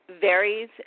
varies